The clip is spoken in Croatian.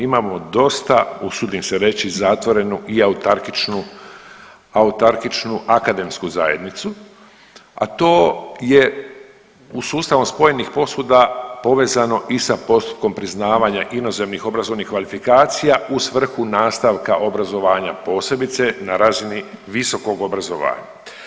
Imamo dosta usudim se reći zatvorenu i autarkičnu, autarkičnu akademsku zajednicu, a to je u sustavom spojenih posuda povezano i sa postupkom priznavanja inozemnih obrazovnih kvalifikacija u svrhu nastavka obrazovanja posebice na razini visokog obrazovanja.